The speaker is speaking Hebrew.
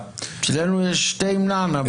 אצלנו יש תה עם נענע.